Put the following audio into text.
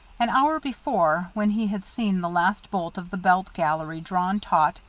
an hour before, when he had seen the last bolt of the belt gallery drawn taut,